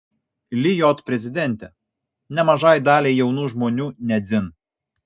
lijot prezidentė nemažai daliai jaunų žmonių ne dzin